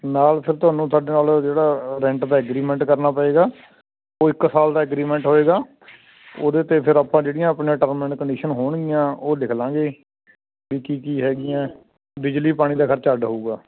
ਨਾਲ ਫਿਰ ਤੁਹਾਨੂੰ ਤੁਹਾਡੇ ਨਾਲ ਫਿਰ ਤੁਹਾਨੂੰ ਸਾਡੇ ਨਾਲ ਜਿਹੜਾ ਰੈਂਟ ਦਾ ਐਗਰੀਮੈਂਟ ਕਰਨਾ ਪਏਗਾ ਉਹ ਇੱਕ ਸਾਲ ਦਾ ਐਗਰੀਮੈਂਟ ਹੋਏਗਾ ਉਹਦੇ 'ਤੇ ਫਿਰ ਆਪਾਂ ਜਿਹੜੀਆਂ ਆਪਣੀਆ ਟਰਮ ਐਂਡ ਕੰਡੀਸ਼ਨ ਹੋਣਗੀਆਂ ਉਹ ਲਿਖ ਲਾਂਗੇ ਵੀ ਕੀ ਕੀ ਹੈਗੀਆਂ ਬਿਜਲੀ ਪਾਣੀ ਦਾ ਖਰਚਾ ਅੱਡ ਹੋਵੇਗਾ